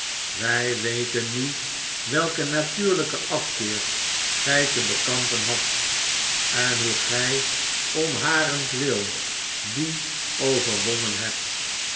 wij weten nu welken natuurlflken afkeer gfl te bekampen hadt en hoe gij om harentwil dien overwonnen hebt